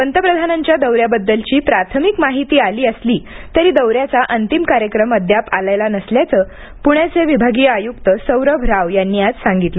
पंतप्रधानांच्या दौऱ्याबद्दलची प्राथमिक माहिती आली असली तरी दौऱ्याचा अंतिम कार्यक्रम अद्याप आलेला नसल्याचं प्ण्याचे विभागीय आयुक्त सौरभ राव यांनी आज सांगितलं